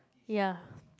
ya